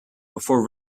before